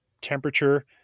temperature